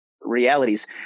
realities